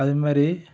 அதுமாதிரி